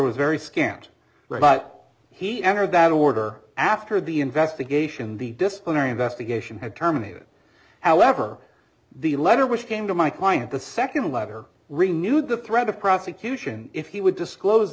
was very scant were but he entered that order after the investigation the disciplinary investigation had terminated however the letter which came to my client the second letter renewed the threat of prosecution if he would disclose